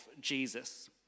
jesus